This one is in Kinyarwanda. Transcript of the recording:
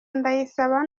ndayisaba